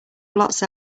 blots